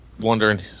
wondering